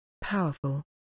Powerful